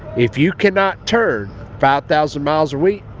if you cannot turn five thousand miles a week,